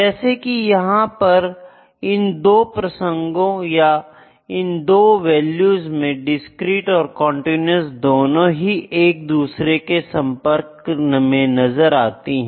जैसा कि यहां पर इन दो प्रसंगों या इन दो वैल्यूज में डिस्क्रीट और कंटीन्यूअस दोनों ही एक दूसरे के संपर्क में नजर आती हैं